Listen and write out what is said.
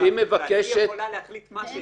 היא יכולה להחליט מה שהיא רוצה.